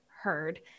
heard